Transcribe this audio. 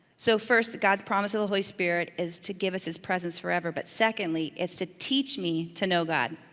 so first, god's promise of the holy spirit is to give us his presence forever, but secondly, it's to teach me to know god.